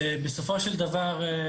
בסופו של דבר,